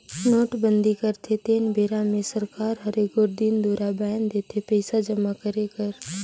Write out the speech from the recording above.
नोटबंदी करथे तेन बेरा मे सरकार हर एगोट दिन दुरा बांएध देथे पइसा जमा करे कर